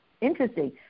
interesting